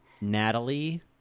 Natalie